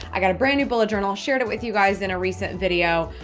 i got a brand new bullet journal, shared it with you guys in a recent video.